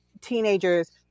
teenagers